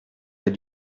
pas